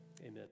amen